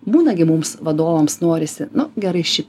būna gi mums vadovams norisi nu gerai šį